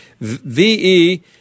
V-E